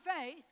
faith